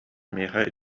миэхэ